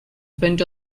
spent